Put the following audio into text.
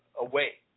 away